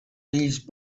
these